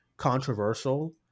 controversial